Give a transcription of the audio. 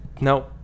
no